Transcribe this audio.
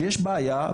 ויש בעיה,